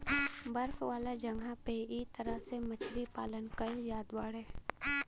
बर्फ वाला जगह पे इ तरह से मछरी पालन कईल जात बाड़े